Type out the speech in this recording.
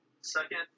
Second